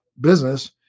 business